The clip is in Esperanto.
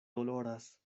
doloras